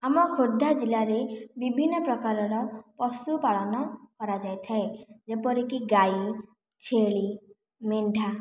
ଆମ ଖୋର୍ଦ୍ଧା ଜିଲ୍ଲାରେ ବିଭିନ୍ନ ପ୍ରକାର ର ପଶୁ ପାଳନ କରାଯାଇଥାଏ ଯେପରି କି ଗାଇ ଛେଳି ମେଣ୍ଢା